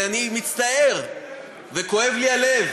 ואני מצטער וכואב לי הלב